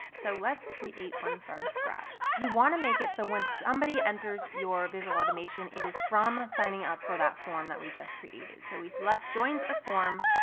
so let's create one from scratch. you want to make it so when somebody enters your visual automation, it is from signing up for that form that we just created. so we select joins a form.